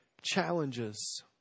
challenges